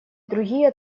другие